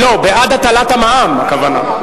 לא, בעד הטלת המע"מ הכוונה.